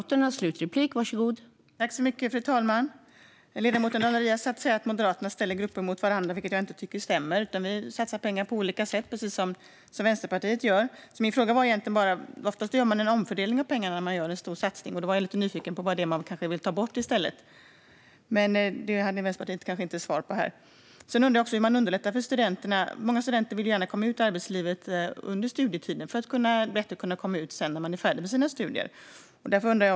Fru talman! Ledamoten Daniel Riazat säger att Moderaterna ställer grupper mot varandra, vilket jag inte tycker stämmer. Vi satsar pengar på olika sätt, precis som Vänsterpartiet. Min fråga gällde egentligen den omfördelning av pengar man oftast gör när man gör en stor satsning. Jag var lite nyfiken på vad det är man kanske vill ta bort i stället. Men det hade Vänsterpartiet kanske inte något svar på. Jag undrar också hur man underlättar för studenterna. Många studenter vill gärna komma ut i arbetslivet under studietiden för att bättre kunna komma ut sedan, när de är färdiga med sina studier.